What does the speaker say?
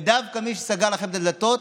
ודווקא מי שסגר לכם את הדלתות,